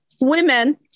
women